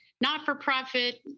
not-for-profit